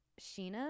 Sheena